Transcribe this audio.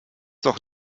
doch